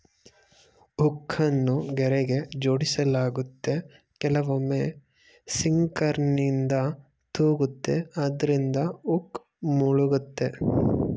ಹುಕ್ಕನ್ನು ಗೆರೆಗೆ ಜೋಡಿಸಲಾಗುತ್ತೆ ಕೆಲವೊಮ್ಮೆ ಸಿಂಕರ್ನಿಂದ ತೂಗುತ್ತೆ ಅದ್ರಿಂದ ಹುಕ್ ಮುಳುಗುತ್ತೆ